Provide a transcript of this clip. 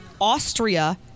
Austria